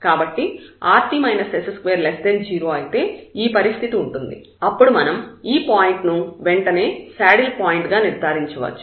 కాబట్టి rt s20 అయితే ఈ పరిస్థితి ఉంటుంది అప్పుడు మనం ఈ పాయింట్ ను వెంటనే శాడిల్ పాయింట్ గా నిర్ధారించవచ్చు